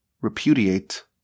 repudiate